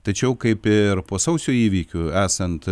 tačiau kaip ir po sausio įvykių esant